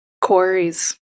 Quarries